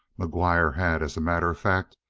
mcguire had, as a matter of fact,